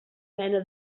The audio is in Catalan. mena